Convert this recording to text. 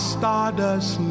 Stardust